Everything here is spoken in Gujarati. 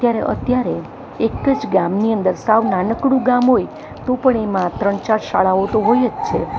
ત્યારે અત્યારે એક જ ગામની અંદર સાવ નાનકડું ગામ હોય તો પણ એમાં ત્રણ ચાર શાળાઓ તો હોય જ છે